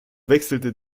wechselte